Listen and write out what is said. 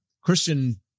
Christian